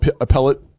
appellate